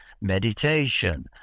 meditation